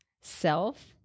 self